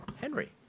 Henry